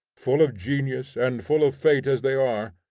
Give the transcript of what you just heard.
full of genius and full of fate as they are,